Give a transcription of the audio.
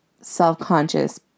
self-conscious